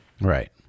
Right